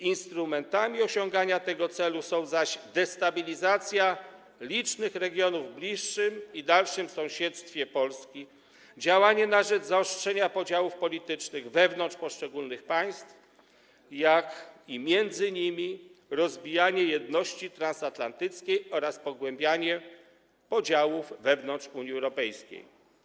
Instrumentami osiągania tego celu są zaś destabilizacja licznych regionów w bliższym i dalszym sąsiedztwie Polski, działanie na rzecz zaostrzenia podziałów politycznych wewnątrz poszczególnych państw, jak i między nimi, rozbijanie jedności transatlantyckiej oraz pogłębianie podziałów wewnątrz Unii Europejskiej.